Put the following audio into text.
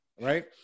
Right